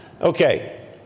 Okay